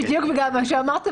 בדיוק בגלל מה שאמרת.